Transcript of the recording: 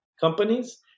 companies